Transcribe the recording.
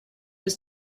was